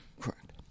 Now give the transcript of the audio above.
Correct